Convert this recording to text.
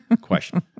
Question